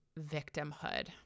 victimhood